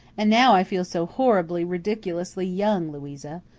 and now i feel so horribly, ridiculously young, louisa.